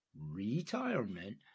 retirement